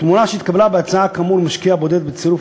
התמורה שהתקבלה בהצעה כאמור ממשקיע בודד בצירוף